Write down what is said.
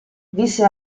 visse